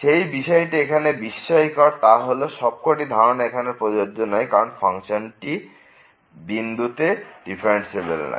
যে বিষয়টি এখানে বিস্ময়কর তা হল সবকটি ধারণা এখানে প্রযোজ্য নয় কারণ ফাংশনটি বিন্দুতে ডিফারেন্সিএবেল নয়